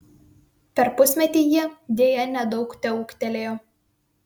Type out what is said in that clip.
per pusmetį jie deja nedaug teūgtelėjo